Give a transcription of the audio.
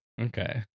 Okay